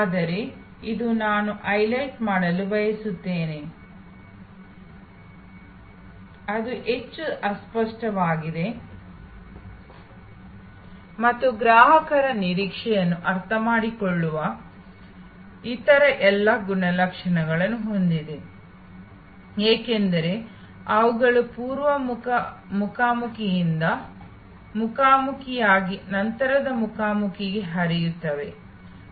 ಆದರೆ ಇಂದು ನಾನು ಹೈಲೈಟ್ ಮಾಡಲು ಬಯಸುತ್ತೇನೆ ಅದು ಹೆಚ್ಚು ಅಸ್ಪಷ್ಟವಾಗಿದೆ ಮತ್ತು ಗ್ರಾಹಕರ ನಿರೀಕ್ಷೆಯನ್ನು ಅರ್ಥಮಾಡಿಕೊಳ್ಳುವ ಇತರ ಎಲ್ಲ ಗುಣಲಕ್ಷಣಗಳನ್ನು ಹೊಂದಿದೆ ಏಕೆಂದರೆ ಅವುಗಳು ಪೂರ್ವ ಮುಖಾಮುಖಿಯಿಂದ ಮುಖಾಮುಖಿಯಾಗಿ ನಂತರದ ಮುಖಾಮುಖಿಗೆ ಹರಿಯುತ್ತವೆ